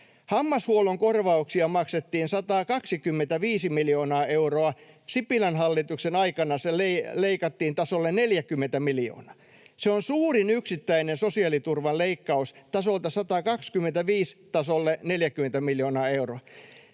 Hammashuollon korvauksia maksettiin 125 miljoonaa euroa. Sipilän hallituksen aikana se leikattiin tasolle 40 miljoonaa. Se on suurin yksittäinen sosiaaliturvaleikkaus, tasolta 125 tasolle 40 miljoonaa euroa.